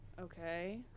Okay